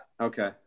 Okay